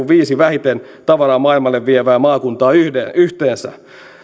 viisi vähiten tavaraa maailmalle vievää maakuntaa yhteensä